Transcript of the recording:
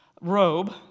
robe